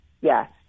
Yes